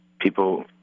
people